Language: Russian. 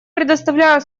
предоставляю